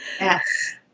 Yes